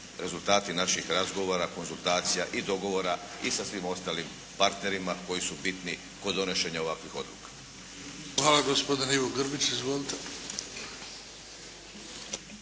rezultati naših razgovora, konzultacija i dogovora i sa svim ostalim partnerima koji su bitni kod donošenja ovakvih odluka. **Bebić, Luka